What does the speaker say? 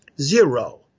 Zero